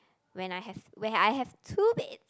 when I have where I have two bed